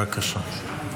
בבקשה.